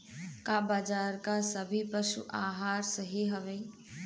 का बाजार क सभी पशु आहार सही हवें?